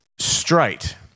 Straight